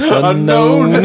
unknown